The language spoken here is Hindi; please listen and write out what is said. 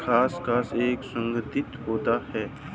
खसखस एक सुगंधित पौधा है